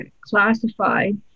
classified